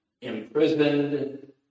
imprisoned